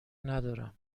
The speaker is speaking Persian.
ندارم